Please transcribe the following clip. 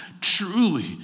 truly